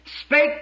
spake